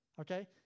Okay